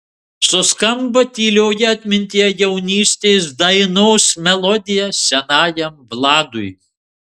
suskamba tylioje atmintyje jaunystės dainos melodija senajam vladui